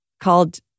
called